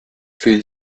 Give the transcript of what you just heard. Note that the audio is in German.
für